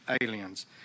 aliens